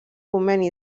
conveni